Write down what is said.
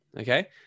okay